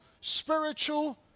spiritual